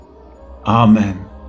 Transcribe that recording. Amen